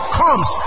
comes